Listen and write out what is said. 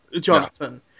Jonathan